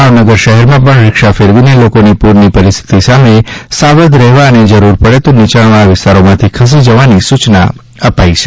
ભાવનગર શહેરમાં પણ રીક્ષા ફેરવીને લોકોને પૂરની પરિસ્થિતિ સામે સાવધ રહેવા અને રૂર પડે તો નીચાણવાળા વિસ્તારોમાંથી ખસી વાની સૂચના અપાઈ છે